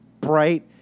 bright